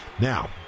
Now